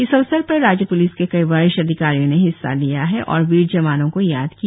इस अवसर पर राज्य प्लिस के कई वरिष्ठ अधिकारियों ने हिस्सा लिया है और वीर जवानों को याद किया